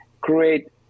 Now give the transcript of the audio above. create